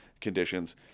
conditions